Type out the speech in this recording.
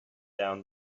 down